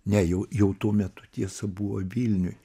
ne jau jau tuo metu tiesa buvo vilniuj